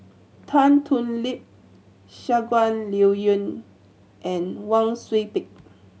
Tan Thoon Lip Shangguan Liuyun and Wang Sui Pick